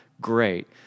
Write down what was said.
great